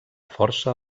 força